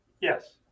yes